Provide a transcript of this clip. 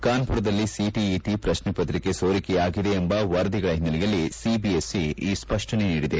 ಕಾನ್ಪುರದಲ್ಲಿ CTET ಪ್ರಶ್ನೆಪತ್ರಿಕೆ ಸೋರಿಕೆಯಾಗಿದೆ ಎಂಬ ವರದಿಗಳ ಹಿನ್ನೆಲೆಯಲ್ಲಿ ಅದು ಈ ಸ್ಪಷ್ಟನೆ ನೀಡಿದೆ